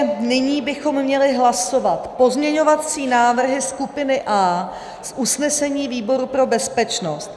Nyní bychom měli hlasovat pozměňovací návrhy skupiny A z usnesení výboru pro bezpečnost.